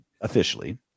officially